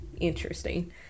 interesting